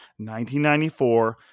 1994